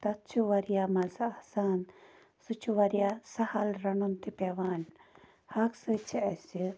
تَتھ چھُ واریاہ مَزٕ آسان سُہ چھُ واریاہ سَہَل رَنُن تہِ پٮ۪وان ہاکہٕ سۭتۍ چھِ اَسہِ